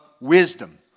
wisdom